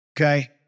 okay